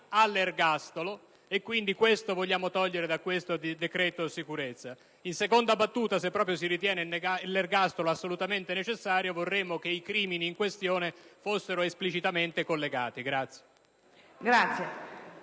all'ergastolo e quindi vorremmo eliminarlo dal decreto sulla sicurezza. In seconda battuta, se proprio si ritiene l'ergastolo assolutamente necessario, vorremmo che i crimini in questione fossero esplicitamente collegati.